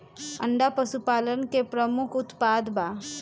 अंडा पशुपालन के प्रमुख उत्पाद बा